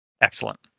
Excellent